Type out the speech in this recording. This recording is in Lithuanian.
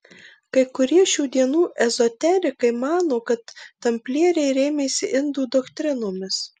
kai kurie šių dienų ezoterikai mano kad tamplieriai rėmėsi indų doktrinomis